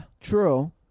true